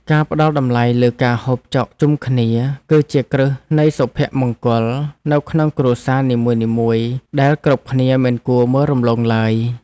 ការផ្ដល់តម្លៃលើការហូបចុកជុំគ្នាគឺជាគ្រឹះនៃសុភមង្គលនៅក្នុងគ្រួសារនីមួយៗដែលគ្រប់គ្នាមិនគួរមើលរំលងឡើយ។